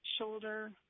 shoulder